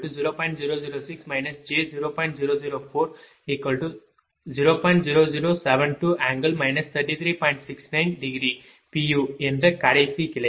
u என்ற கடைசி கிளை